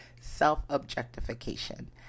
self-objectification